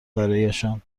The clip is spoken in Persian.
برایشان